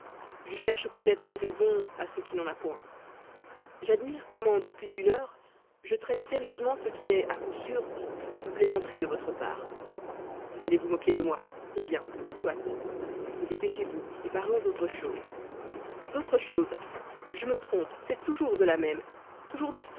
je cherche peut-être une raison à ce qui n'en a point j'admire comment depuis une heure je traite sérieusement ce qui n'est à coup sûr qu'une plaisanterie de votre part vous allez vous moquer de moi eh bien soit mais dépêchez-vous et parlons d'autre chose d'autre chose je me trompe c'est toujours de la même toujours des